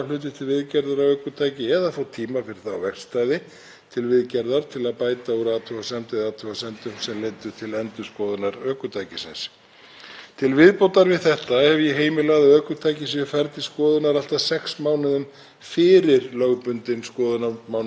Til viðbótar við þetta hef ég heimilað að ökutæki séu færð til skoðunar allt að sex mánuðum fyrir lögbundinn skoðunarmánuð. Þá er vanrækslugjald ekki lagt á fyrr en að liðnum tveimur mánuðum frá þeim mánuði er færa átti ökutæki til skoðunar.